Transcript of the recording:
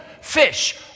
fish